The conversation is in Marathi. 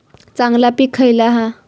चांगली पीक खयला हा?